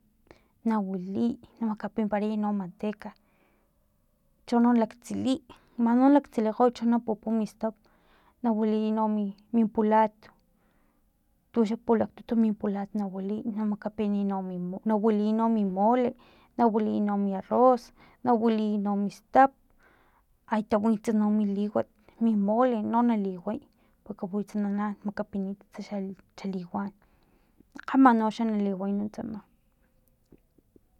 Na wiliy na makipinparay no manteca chono nalaktsiliy manino na laktsilikgoy chono na pupu mistap nawiliy no mi min pulat tuxa pulaktut min pulat na wiliy na makapiniy no mi nawiliy no mi mole nawiliy no mi arroz nawiliy no mistap aytawits no mi liwat mi mole no nali way makapininitas na mi lhaliwan kgama no xa naliway no tsama